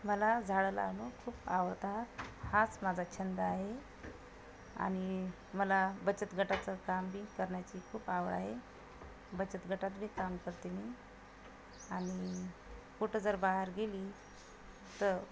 मला झाळं लावनं खूप आवळतात हाच माजा छंद आए आनि मला बचत गटाचं कामबी करन्याची खूप आवं आए बचत गटातबी काम करते मी आनि कुटं जर बाहर गेली तं